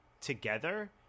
together